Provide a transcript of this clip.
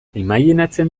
imajinatzen